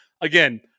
again